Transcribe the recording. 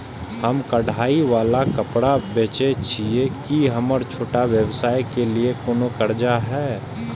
हम कढ़ाई वाला कपड़ा बेचय छिये, की हमर छोटा व्यवसाय के लिये कोनो कर्जा है?